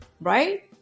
right